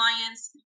clients